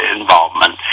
involvement